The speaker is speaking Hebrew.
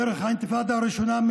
דרך האינתיפאדה הראשונה,